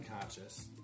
Conscious